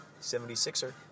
76er